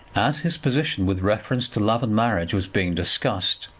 as his position with reference to love and marriage was being discussed,